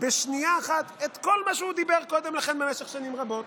בשנייה אחת את כל מה שהוא דיבר קודם לכן במשך שנים רבות.